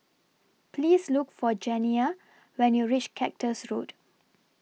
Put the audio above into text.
Please Look For Janiah when YOU REACH Cactus Road